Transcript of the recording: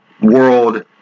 world